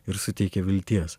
ir suteikia vilties